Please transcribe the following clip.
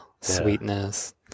sweetness